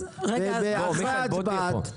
אחרי ההצבעה,